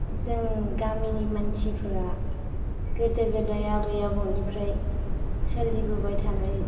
जों गामिनि मानसिफोरा गोदो गोदाय आबै आबौनिफ्राय सोलिबोबाय थानाय